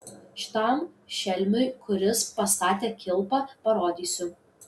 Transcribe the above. šitam šelmiui kuris pastatė kilpą parodysiu